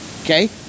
Okay